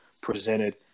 presented